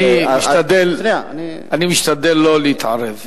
אני משתדל לא להתערב,